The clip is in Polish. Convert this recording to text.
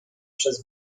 przez